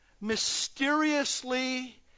mysteriously